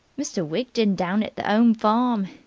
mr. widgeon down at the ome farm,